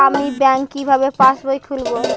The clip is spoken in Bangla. আমি ব্যাঙ্ক কিভাবে পাশবই খুলব?